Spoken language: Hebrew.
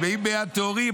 טמאים ביד טהורים,